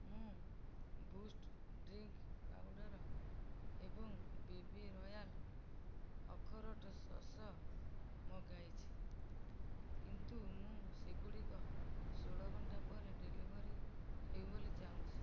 ମୁଁ boost drink powder ଏବଂ ବିବିରୟାଲ୍ ଅଖରୋଟ ଶସ ମଗାଇଛି କିନ୍ତୁ ମୁଁ ସେଗୁଡ଼ିକ ଷୋହଳ ଘଣ୍ଟା ପରେ ଡେଲିଭରି ହେଉ ବୋଲି ଚାହୁଁଛି